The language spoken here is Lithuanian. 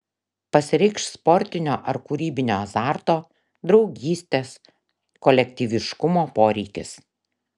pasireikš sportinio ar kūrybinio azarto draugystės kolektyviškumo poreikis